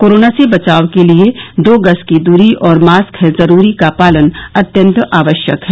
corona से बचाव के लिये दो गज की दूरी और मास्क है जरूरी का पालन अत्यन्त आवश्यक है